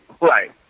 Right